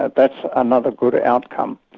that's another good outcome.